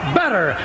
better